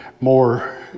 more